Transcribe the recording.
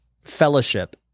fellowship